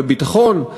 בביטחון,